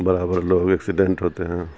برابر لوگ ایکسیڈینٹ ہوتے ہیں